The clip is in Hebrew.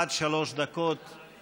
עד שלוש דקות,